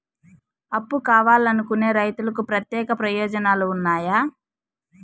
అప్పు కావాలనుకునే రైతులకు ప్రత్యేక ప్రయోజనాలు ఉన్నాయా?